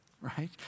right